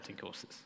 courses